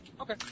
Okay